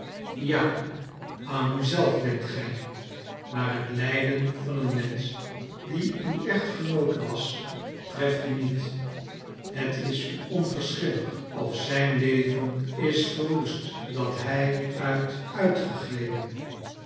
ja aan u zelf denkt gij maar het lijden van een mensch die uw echtgenoot was treft u niet het is u onverschillig of zijn leven is verwoest dat hij uit uitgeleden